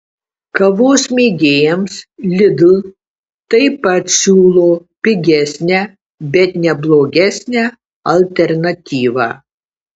kavos mėgėjams lidl taip pat siūlo pigesnę bet ne blogesnę alternatyvą